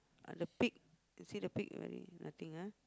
ah the pic you see the pic already nothing ah